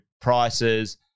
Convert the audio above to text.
prices